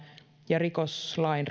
ja rikoslain